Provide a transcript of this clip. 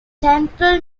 central